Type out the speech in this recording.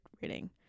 reading